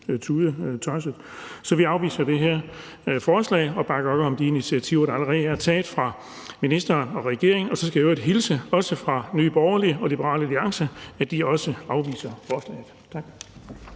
tudetosset. Så vi afviser det her forslag og bakker op om de initiativer, der allerede er taget fra ministeren og regeringens side. Og så skal jeg i øvrigt hilse fra Nye Borgerlige og Liberal Alliance og sige, at de også afviser forslaget. Tak.